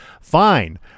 fine